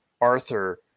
arthur